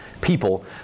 people